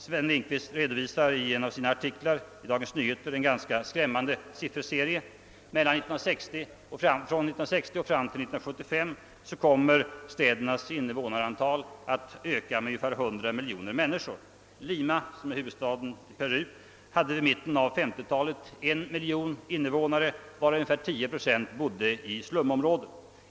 Sven Lindqvist redovisar i en av sina artiklar i Dagens Nyheter en ganska skrämmande =<:sifferserie. Mellan 1960 och 1975 kommer städernas invånarantal att öka med ungefär 100 miljoner människor. Lima, huvudstaden i Peru, hade vid mitten av 1950 talet 1 miljon invånare, varav ungefär 10 procent bodde i slumområden.